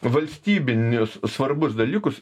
valstybinius svarbus dalykus